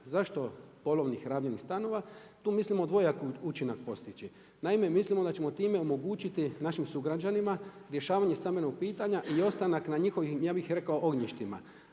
Zašto polovnih rabljenih stanovima, tu mislimo dvojaki učinak postići. Naime, mislimo da ćemo time omogućiti našim sugrađanima rješavanje stambenog pitanja i ostanak na njihovim ja bih rekao ognjištima.